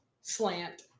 slant